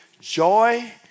joy